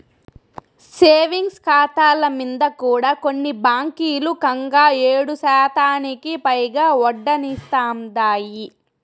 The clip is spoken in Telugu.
సేవింగ్స్ కాతాల మింద కూడా కొన్ని బాంకీలు కంగా ఏడుశాతానికి పైగా ఒడ్డనిస్తాందాయి